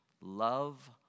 Love